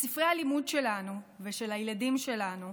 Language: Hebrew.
בספרי הלימוד שלנו ושל הילדים שלנו,